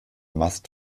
mast